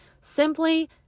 Simply